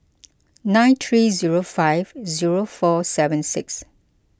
nine three zero five zero four seven six